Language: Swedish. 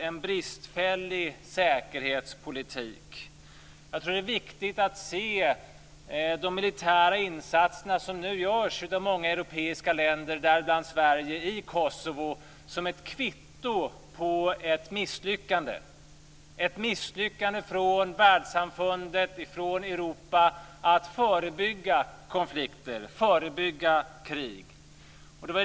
En bristfällig säkerhetspolitik skapas. Det är nog viktigt att se de militära insatser i Kosovo som nu görs av många europeiska länder, däribland Sverige, som ett kvitto på ett misslyckande - ett misslyckande från världssamfundet och från Europa när det gäller att förebygga konflikter och krig.